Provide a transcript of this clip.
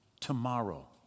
tomorrow